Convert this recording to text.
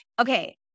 Okay